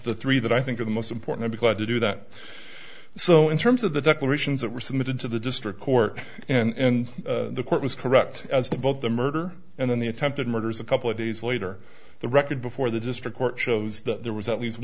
the three that i think of the most important because to do that so in terms of the declarations that were submitted to the district court and the court was correct as to both the murder and then the attempted murders a couple of days later the record before the district court shows that there was at least